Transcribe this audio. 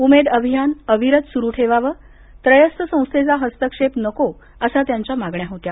उमेद अभियान अवरित सुरू ठेवावं त्रयस्थ संस्थेचा हस्तक्षेप नको अशा त्यांच्या मागण्या होत्या